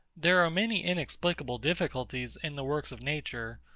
there are many inexplicable difficulties in the works of nature,